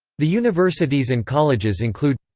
the universities and colleges include